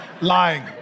Lying